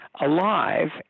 alive